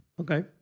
Okay